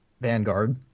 Vanguard